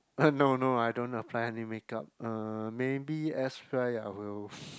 ah no no I don't apply any make up uh maybe I will